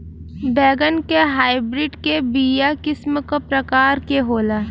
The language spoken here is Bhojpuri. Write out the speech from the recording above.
बैगन के हाइब्रिड के बीया किस्म क प्रकार के होला?